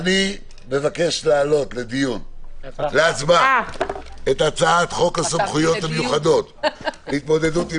אני מבקש להעלות להצבעה את הצעת חוק סמכויות מיוחדות להתמודדות עם